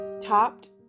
topped